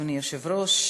אדוני היושב-ראש,